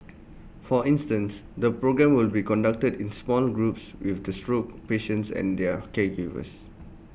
for instance the programme will be conducted in small groups with the stroke patients and their caregivers